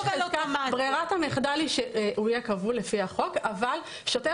ברירת המחדל היא שהוא יהיה כבול לפי החוק אבל שוטר